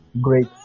great